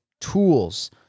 tools